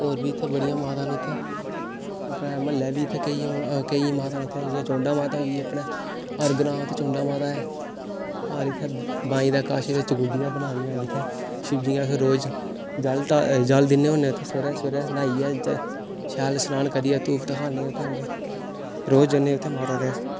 होर बी बड़ियां मातां न इत्थै अपने म्हल्ले बी इत्थें केईं मातां न जि'यां चमुंडा माता न इत्थें हर ग्रांऽ उत्थें चमुंडा माता ऐ हर इत्थें बाईं दे कश चमुंडियां बनाई दियां जित्थें शिव जी दे अस रोज जल ढालदे जल दिन्ने होन्ने सवेरे सवेरे न्हाइयै शैल श्नान करियै धूफ धखाने होन्ने अस रोज जन्ने उत्थें माता दे अस